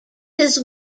his